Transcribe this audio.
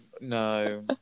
no